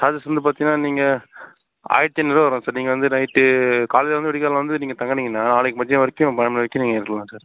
charges வந்து பார்த்தீங்கனா நீங்கள் ஆயிரத்தி ஐநூறுரூவா வரும் சார் நீங்கள் வந்து நைட்டு காலையில் வந்து விடியற்காலையில் வந்து நீங்கள் தங்குனீங்கனா நாளைக்கு மதியானம் வரைக்கும் கிளம்புற வரைக்கும் நீங்கள் இருக்கலாம் சார்